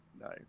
No